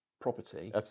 property